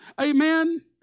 amen